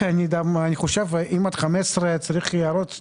אני חושב, אם עד 15 צריך הערות הציבור,